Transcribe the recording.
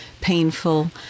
painful